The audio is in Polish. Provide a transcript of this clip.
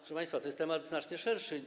Proszę państwa, to jest temat znaczenie szerszy.